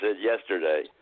yesterday